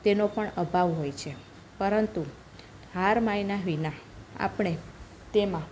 તેનો પણ અભાવ હોય છે પરંતુ હાર માન્યા વિના આપણે તેમાં